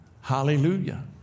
Hallelujah